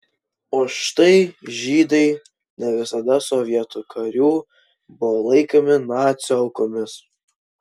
o štai žydai ne visada sovietų karių buvo laikomi nacių aukomis